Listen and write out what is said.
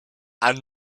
and